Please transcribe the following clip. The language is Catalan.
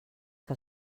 que